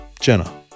Jenna